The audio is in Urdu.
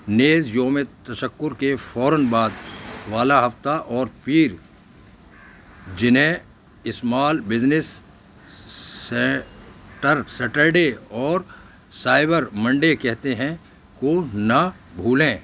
نیز یوم تشکر کے فوراً بعد والا ہفتہ اور پیر جنہیں اسمال بزنس سیٹر سیٹرڈے اور سائبر منڈے کہتے ہیں کو نہ بھولیں